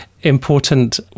important